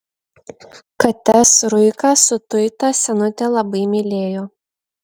kates ruiką su tuita senutė labai mylėjo